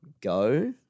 go